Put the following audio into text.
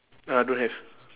ah don't have